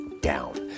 down